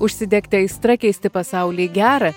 užsidegti aistra keisti pasaulį į gera